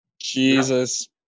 Jesus